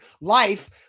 life